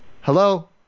Hello